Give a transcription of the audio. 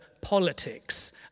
politics